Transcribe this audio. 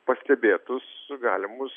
pastebėtus galimus